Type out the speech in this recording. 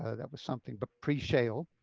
ah that was something, but pre-shale,